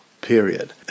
period